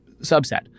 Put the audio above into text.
subset